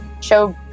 show